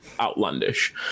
outlandish